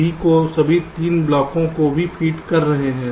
B को सभी 3 ब्लॉकों को भी फीड कर रहा है